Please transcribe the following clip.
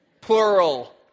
Plural